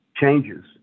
changes